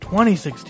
2016